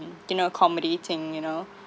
you know accommodating you know